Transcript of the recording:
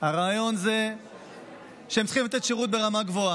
הרעיון הוא שהם צריכים לתת שירות ברמה גבוהה,